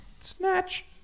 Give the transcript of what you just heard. Snatch